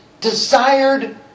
Desired